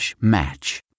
match